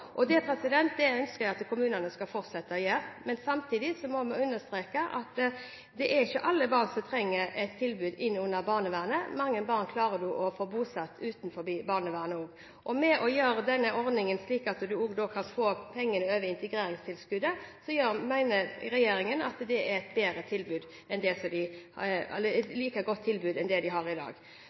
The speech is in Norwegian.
Det ønsker jeg at kommunene skal fortsette å gjøre. Samtidig må vi understreke at det er ikke alle barn som trenger et tilbud innunder barnevernet. Mange barn klarer man å få bosatt utenfor barnevernet. Ved å gjøre denne ordningen slik at man også kan få pengene over integreringstilskuddet, mener regjeringen at det er et like godt tilbud som det de har i dag. Jeg registrerer at regjeringen Stoltenberg også så at den utviklingen som hadde vært de senere årene, ved at alle barn ble sluset inn i